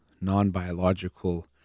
non-biological